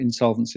insolvencies